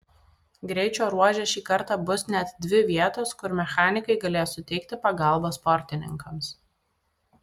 greičio ruože šį kartą bus net dvi vietos kur mechanikai galės suteikti pagalbą sportininkams